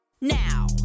now